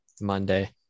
Monday